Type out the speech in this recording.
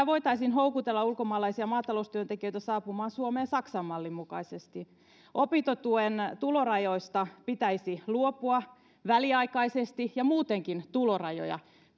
voitaisiin houkutella ulkomaalaisia maataloustyöntekijöitä saapumaan suomeen saksan mallin mukaisesti opintotuen tulorajoista pitäisi luopua väliaikaisesti ja muutenkin tulorajoja